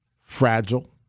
fragile